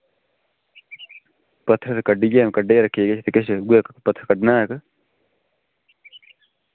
पत्थर कड्ढियै कड्ढे दे रक्खे दे किश पत्थर कड्ढने न इक